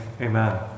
amen